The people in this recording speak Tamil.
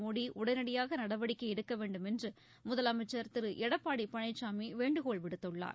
மோடி உடனடியாக நடவடிக்கை எடுக்க வேண்டும் என்று முதலமைச்சர் திரு எடப்பாடி பழனிசாமி வேண்டுகோள் விடுத்துள்ளார்